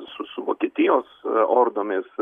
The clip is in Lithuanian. su su vokietijos ordomis